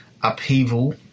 upheaval